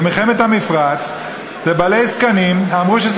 בזמן מלחמת המפרץ אמרו לבעלי זקנים שהם